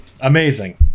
amazing